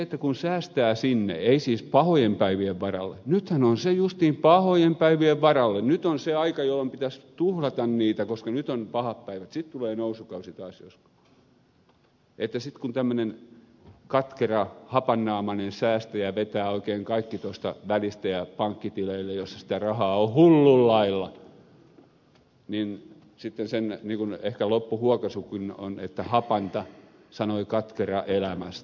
sitten kun säästää sinne ei siis pahojen päivien varalle nythän on justiin pahojen päivien varalle nyt on se aika jolloin pitäisi tuhlata rahaa koska nyt on ne pahat päivät sitten tulee nousukausi taas joskus ja sitten kun tämmöinen katkera hapannaamainen säästäjä vetää oikein kaikki tuosta välistä ja pankkitileille joilla sitä rahaa on hullun lailla niin sitten ehkä sen loppuhuokaisukin on että hapanta sanoi katkera elämästä